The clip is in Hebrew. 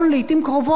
אולי בצדק,